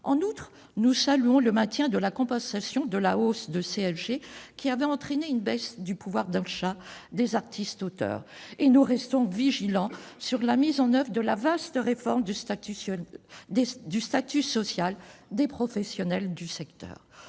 En outre, nous saluons le maintien de la compensation de la hausse de la contribution sociale généralisée (CSG), qui avait entraîné une baisse du pouvoir d'achat des artistes-auteurs. Nous resterons vigilants sur la mise en oeuvre de la vaste réforme du statut social des professionnels du secteur.